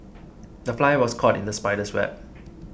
the fly was caught in the spider's web